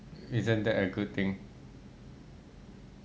isn't that a good thing